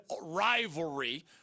rivalry